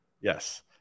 Yes